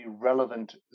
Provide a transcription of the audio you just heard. relevant